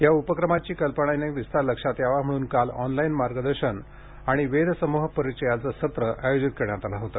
या उपक्रमाची कल्पना आणि विस्तार लक्षात यावा म्हणून काल ऑनलाईन मार्गदर्शन आणि वेध समूह परिचयाचे सत्र आयोजित करण्यात आले होते